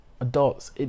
adults